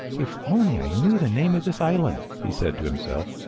if only i knew the name of this island! he said to himself.